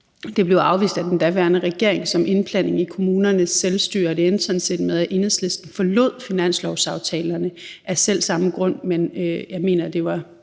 Det blev afvist af den daværende regering som indblanding i kommunernes selvstyre, og det endte sådan set med, at Enhedslisten forlod finanslovsaftalerne af selv samme grund, og jeg mener, det var